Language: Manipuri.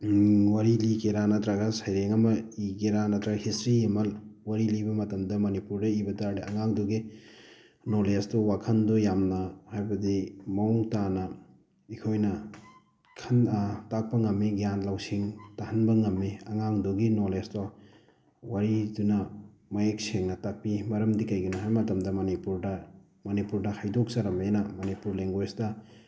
ꯋꯥꯔꯤ ꯂꯤꯒꯦꯔꯥ ꯅꯠꯇ꯭ꯔꯒ ꯁꯩꯔꯦꯡ ꯑꯃ ꯏꯒꯦꯔꯥ ꯅꯠꯇ꯭ꯔꯒ ꯍꯤꯁꯇ꯭ꯔꯤ ꯑꯃ ꯋꯥꯔꯤ ꯂꯤꯕ ꯃꯇꯝꯗ ꯃꯅꯤꯄꯨꯔꯗ ꯏꯕ ꯇꯥꯔꯗꯤ ꯑꯉꯥꯡꯗꯨꯒꯤ ꯅꯣꯂꯦꯖꯇꯨ ꯋꯥꯈꯟꯗꯨ ꯌꯥꯝꯅ ꯍꯥꯏꯕꯗꯤ ꯃꯑꯣꯡ ꯇꯥꯅ ꯑꯩꯈꯣꯏꯅ ꯇꯥꯛꯄ ꯉꯝꯃꯤ ꯒ꯭ꯌꯥꯟ ꯂꯧꯁꯤꯡ ꯇꯥꯍꯟꯕ ꯉꯝꯃꯤ ꯑꯉꯥꯡꯗꯨꯒꯤ ꯅꯣꯂꯦꯖꯇꯣ ꯋꯥꯔꯤꯗꯨꯅ ꯃꯌꯦꯛ ꯁꯦꯡꯅ ꯇꯥꯛꯄꯤ ꯃꯔꯝꯗꯤ ꯀꯩꯒꯤꯅꯣ ꯍꯥꯏꯕ ꯃꯇꯝꯗ ꯃꯅꯤꯄꯨꯔꯗ ꯃꯅꯤꯄꯨꯔꯗ ꯍꯥꯏꯗꯣꯛꯆꯔꯝꯅꯤꯅ ꯃꯅꯤꯄꯨꯔ ꯂꯦꯡꯒ꯭ꯋꯦꯁꯇ